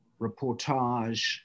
reportage